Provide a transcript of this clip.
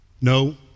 No